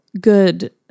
Good